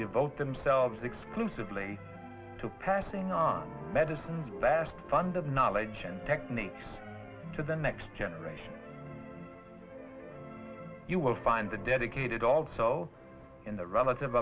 devote themselves exclusively to passing on medicines fast funded knowledge and techniques to the next generation you will find the dedicated also in the relative